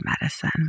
medicine